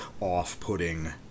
off-putting